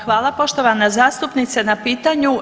Hvala poštovana zastupnice na pitanju.